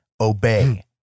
Obey